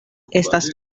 estas